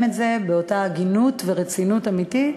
את זה באותה הגינות ורצינות אמיתית